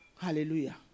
Hallelujah